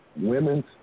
women's